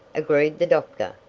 agreed the doctor.